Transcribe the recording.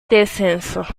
descensos